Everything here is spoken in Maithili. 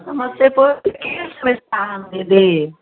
समस्तीपुरके की स्वीत्साहन दीदी